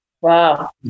Wow